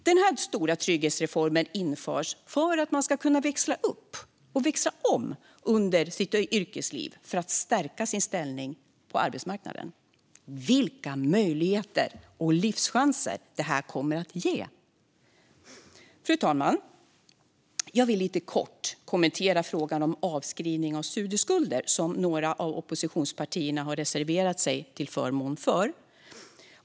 Den här stora trygghetsreformen införs för att man ska kunna växla upp och växla om under sitt yrkesliv för att stärka sin ställning på arbetsmarknaden. Vilka möjligheter och livschanser det kommer att ge! Fru talman! Jag vill lite kort kommentera frågan om avskrivning av studieskulder, som några av oppositionspartierna har reserverat sig till förmån för.